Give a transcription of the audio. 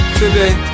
today